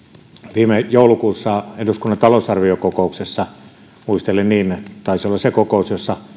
viime joulukuussa eduskunnan talousarviokokouksessa muistelen niin taisi olla se kokous